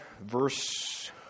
verse